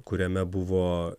kuriame buvo